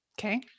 Okay